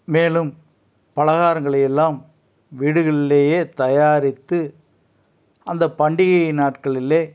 மேலும் பலகாரங்களை எல்லாம் வீடுகள்லையே தயாரித்து அந்த பண்டிகையின் நாட்களிலே